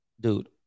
dude